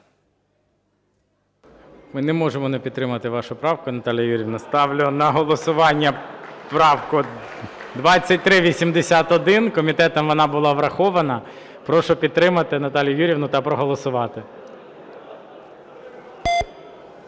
Ми не можемо не підтримати вашу правку, Наталія Юріївна. Ставлю на голосування правку 2381. Комітетом вона була врахована. Прошу підтримати Наталію Юріївну, та проголосувати.